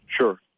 Sure